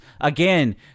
again